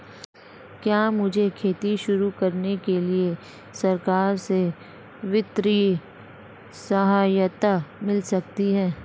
क्या मुझे खेती शुरू करने के लिए सरकार से वित्तीय सहायता मिल सकती है?